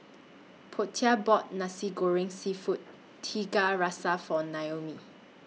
Portia bought Nasi Goreng Seafood Tiga Rasa For Naomi